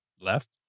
left